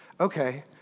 okay